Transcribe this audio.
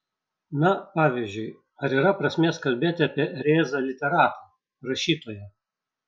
na pavyzdžiui ar yra prasmės kalbėti apie rėzą literatą rašytoją